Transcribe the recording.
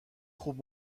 خوب